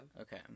Okay